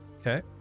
Okay